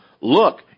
Look